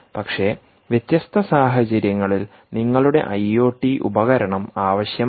പക്ഷേ വ്യത്യസ്ത സാഹചര്യങ്ങളിൽ നിങ്ങളുടെ ഐ ഒ ടി ഉപകരണം ആവശ്യമാണ്